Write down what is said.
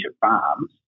Farms